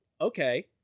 okay